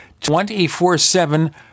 24-7